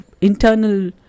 internal